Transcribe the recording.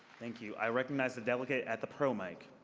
thank you i recognize the delegate at the pro mic.